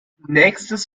nächstes